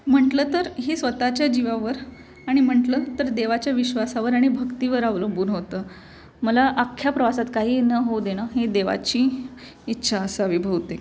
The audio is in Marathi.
म्हटलं तर हे स्वतःच्या जीवावर आणि म्हटलं तर देवाच्या विश्वासावर आणि भक्तीवर अवलंबून होतं मला अख्ख्या प्रवासात काही न होऊ देणं हे देवाची इच्छा असावी बहुतेक